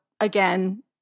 again